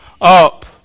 up